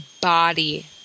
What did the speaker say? body